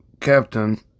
captain